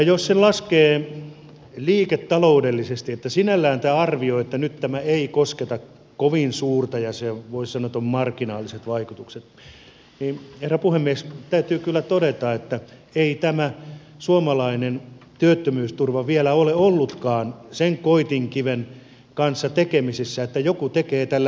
jos sen laskee liiketaloudellisesti että sinällään tämä arvio että nyt tämä ei kosketa kovin suurta määrää ja voisi sanoa että on marginaaliset vaikutukset niin herra puhemies täytyy kyllä todeta että ei tämä suomalainen työttömyysturva vielä ole ollutkaan sen koetinkiven kanssa tekemisissä että joku tekee tällä bisnestä